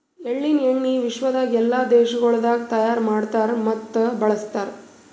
ಎಳ್ಳಿನ ಎಣ್ಣಿ ವಿಶ್ವದಾಗ್ ಎಲ್ಲಾ ದೇಶಗೊಳ್ದಾಗ್ ತೈಯಾರ್ ಮಾಡ್ತಾರ್ ಮತ್ತ ಬಳ್ಸತಾರ್